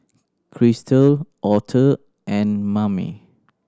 Kristal Arthur and Mame